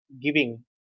giving